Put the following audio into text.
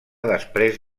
després